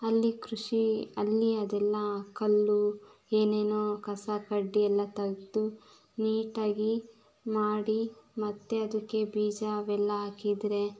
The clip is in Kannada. ಅಲ್ಲಿ ಕೃಷಿ ಅಲ್ಲಿ ಅದೆಲ್ಲ ಕಲ್ಲು ಏನೇನೋ ಕಸ ಕಡ್ಡಿ ಎಲ್ಲ ತೆಗ್ದು ನೀಟಾಗಿ ಮಾಡಿ ಮತ್ತೆ ಅದಕ್ಕೆ ಬೀಜ ಅವೆಲ್ಲ ಹಾಕಿದರೆ